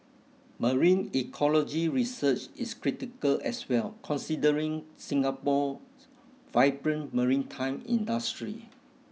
marine ecology research is critical as well considering Singapore vibrant maritime industry